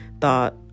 thought